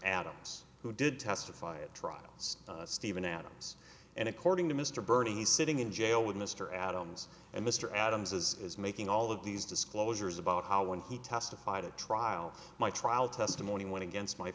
adams who did testify at trial stephen adams and according to mr bertie he's sitting in jail with mr adams and mr adams as is making all of these disclosures about how when he testified at trial my trial testimony went against my